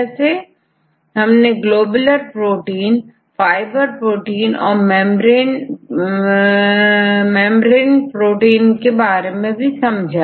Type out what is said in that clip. इस तरह हमने ग्लोबुलर प्रोटीन फाइबर प्रोटीन और मेंबर इन प्रोटीन के बारे में भी समझा